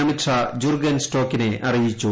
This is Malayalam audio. അമിത് ഷാ ജൂർഗെൻ സ്റ്റോക്കിനെ അറിയിച്ചു